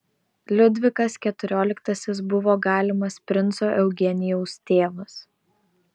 liudvikas keturioliktasis buvo galimas princo eugenijaus tėvas